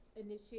initiate